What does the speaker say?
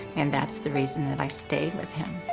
and that's the reason that i stayed with him.